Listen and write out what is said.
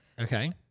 okay